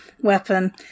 weapon